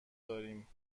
داریم